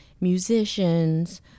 musicians